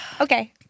Okay